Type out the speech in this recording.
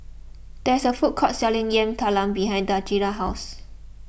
there is a food court selling Yam Talam behind Daijah's house